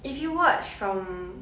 if you watch from